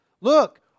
look